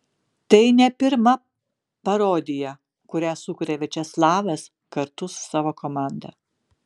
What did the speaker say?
tai ne pirma parodija kurią sukuria viačeslavas kartu su savo komanda